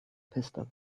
pistol